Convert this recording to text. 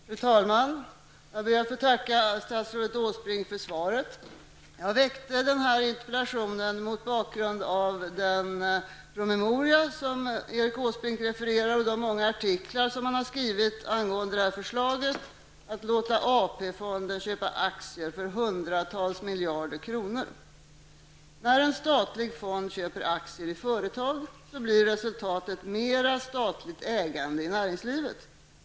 Fru talman! Jag ber att få tacka statsrådet Åsbrink för svaret. Jag har väckt interpellationen mot bakgrund av den promemoria som Erik Åsbrink refererade till och de många artiklar som han har skrivit angående förslaget att låta AP-fonder köpa aktier för hundratals miljarder kronor. När en statlig fond köper aktier i företag blir resultatet mera statligt ägande i näringslivet.